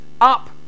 up